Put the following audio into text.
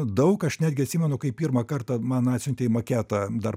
daug aš netgi atsimenu kai pirmą kartą man atsiuntei maketą dar